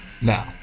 Now